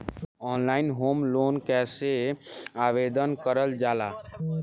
Online home loan कैसे आवेदन करल जा ला?